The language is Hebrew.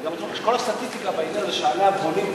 וגם כל הסטטיסטיקה שעליה בונים,